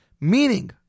Meaning